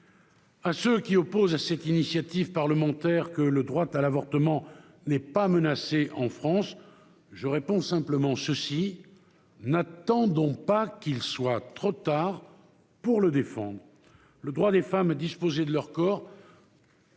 À ceux qui opposent à cette initiative parlementaire que le droit à l'avortement n'est pas menacé en France, je réponds ceci : n'attendons pas qu'il soit trop tard pour le défendre. Le droit des femmes à disposer de leur corps